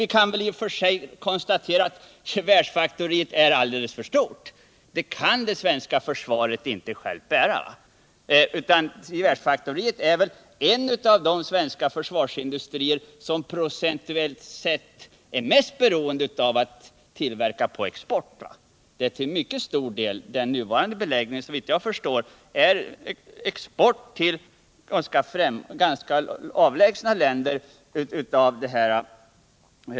Vi kan i och för sig konstatera att gevärsfaktoriet är alldeles för stort för att det svenska försvaret självt skall kunna bära det. Gevärsfaktoriet är väl en av de svenska försvarsindustrier som procentuellt sett är mest beroende av att tillverka på export. Såvitt jag förstår går en stor del av den nuvarande tillverkningen av zranatgeväret Carl Gustaf till ganska avlägsna länder.